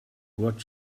what